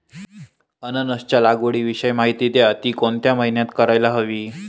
अननसाच्या लागवडीविषयी माहिती द्या, ति कोणत्या महिन्यात करायला हवी?